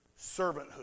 servanthood